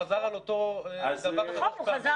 הוא חזר על אותו דבר שלוש פעמים.